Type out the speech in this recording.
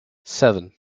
seven